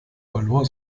verlor